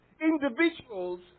individuals